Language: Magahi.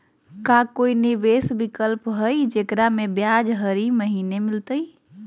का कोई निवेस विकल्प हई, जेकरा में ब्याज हरी महीने मिलतई?